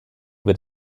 wird